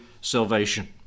salvation